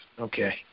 Okay